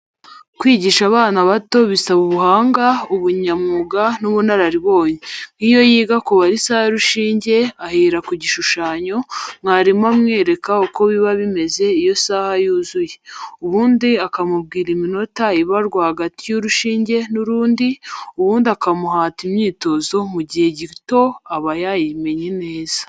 Kwigisha abana bato bisaba ubuhanga, ubunyamwuga n'ubunararibonye; nk'iyo yiga kubara isaha y'urushinge, ahera ku y'igishushanyo; mwarimu amwereka uko biba bimeze iyo isaha yuzuye, ubundi akamubwira iminota ibarwa hagati y'urushinge n'urundi, ubundi akamuhata imyitozo, mu gihe gito aba yayimenye neza.